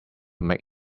make